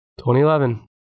2011